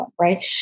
right